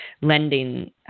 lending